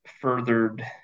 furthered